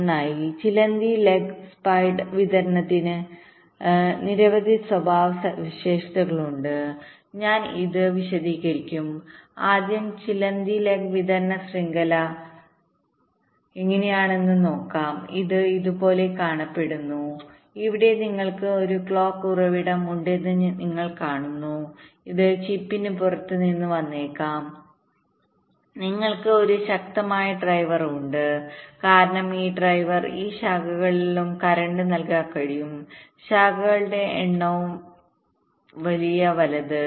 നന്നായി ചിലന്തി ലെഗ് വിതരണത്തിന് നിരവധി സ്വഭാവ സവിശേഷതകളുണ്ട് ഞാൻ ഇത് വിശദീകരിക്കും ആദ്യം ചിലന്തി ലെഗ് വിതരണ ശൃംഖലഎങ്ങനെയാണെന്ന് നോക്കാം ഇത് ഇതുപോലെ കാണപ്പെടുന്നു ഇവിടെ നിങ്ങൾക്ക് ഒരു ക്ലോക്ക് ഉറവിടം ഉണ്ടെന്ന് നിങ്ങൾ കാണുന്നു ഇത് ചിപ്പിന് പുറത്ത് നിന്ന് വന്നേക്കാം നിങ്ങൾക്ക് ഒരു ശക്തമായ ഡ്രൈവർ ഉണ്ട് കാരണം ഈ ഡ്രൈവർ ഈ ശാഖകളിലെല്ലാം കറന്റ് നൽകാൻ കഴിയും ശാഖകളുടെ എണ്ണം ആകാം വലിയ വലത്